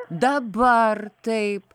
dabar taip